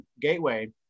gateway